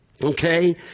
Okay